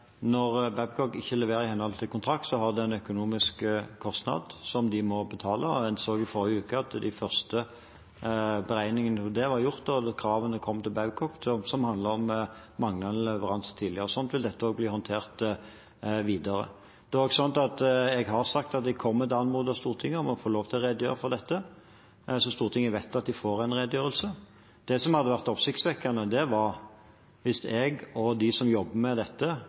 når Babcock ikke leverer i henhold til kontrakt, så har det en økonomisk kostnad som de må betale. Vi så i forrige uke at de første beregningene var gjort, og kravene som handlet om manglende leveranser tidligere, kom til Babcock. Sånn vil dette også bli håndtert videre. Jeg har sagt at jeg kommer til å anmode Stortinget om å få lov til å redegjøre for dette, så Stortinget vet at de får en redegjørelse. Det som hadde vært oppsiktsvekkende, var hvis jeg og de som jobber med dette